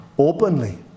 Openly